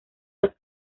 los